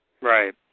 Right